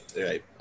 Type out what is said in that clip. Right